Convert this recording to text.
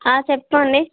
చెప్పండి